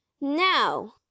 Now